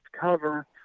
cover